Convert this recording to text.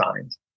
signs